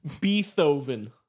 Beethoven